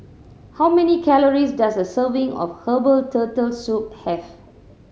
how many calories does a serving of herbal Turtle Soup have